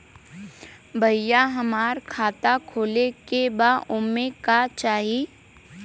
भईया हमार खाता खोले के बा ओमे का चाही?